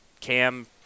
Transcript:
Cam